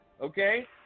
okay